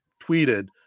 tweeted